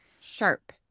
Sharp